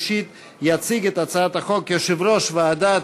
תודה ליושב-ראש הוועדה.